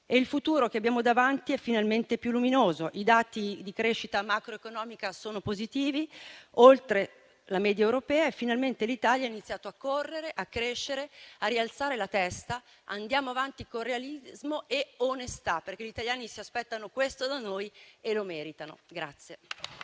Il futuro che abbiamo davanti è finalmente più luminoso. I dati di crescita macroeconomica sono positivi, oltre la media europea, e finalmente l'Italia ha iniziato a correre, a crescere e a rialzare la testa. Andiamo avanti con realismo e onestà, perché gli italiani si aspettano questo da noi e lo meritano.